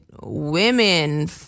women